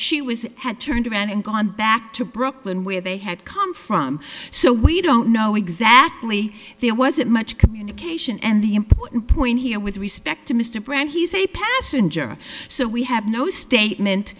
she was had turned around and gone back to brooklyn where they had come from so we don't know exactly there wasn't much communication and the important point here with respect to mr brand he's a passenger so we have no statement